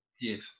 Yes